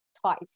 twice